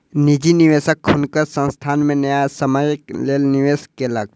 निजी निवेशक हुनकर संस्थान में न्यायसम्यक लेल निवेश केलक